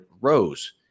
rose